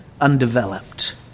undeveloped